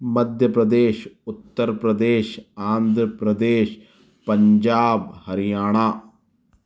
Madhya Pradesh Uttar Pradesh Andhra Pradesh Punjab Haryana